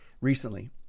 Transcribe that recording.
recently